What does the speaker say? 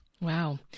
Wow